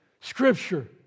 scripture